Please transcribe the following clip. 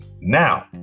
Now